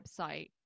website